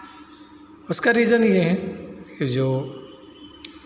उसका रीज़न ये है जो